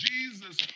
Jesus